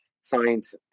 science